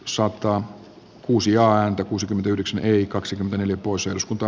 sotkamo kuusi joan kuusikymmentäyhdeksän eli kaksikymmentä libuse uskuka